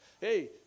Hey